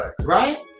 right